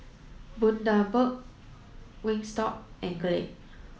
Bundaberg Wingstop and Glade